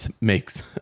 makes